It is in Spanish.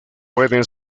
pueden